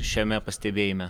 šiame pastebėjime